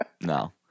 No